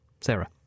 Sarah